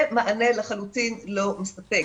זה מענה לחלוטין לא מספק.